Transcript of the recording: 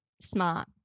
smart